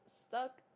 stuck